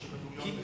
כמו שבן-גוריון,